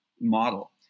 model